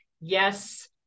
Yes